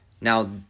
Now